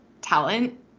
talent